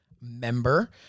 member